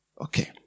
Okay